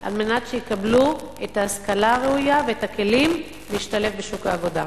על מנת שיקבלו את ההשכלה הראויה ואת הכלים להשתלב בשוק העבודה.